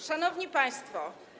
Szanowni Państwo!